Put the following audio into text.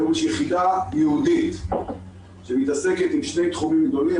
היום יש יחידה ייעודית שמתעסקת עם שני תחומים גדולים,